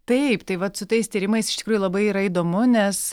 taip tai vat su tais tyrimais iš tikrųjų labai yra įdomu nes